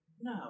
No